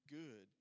good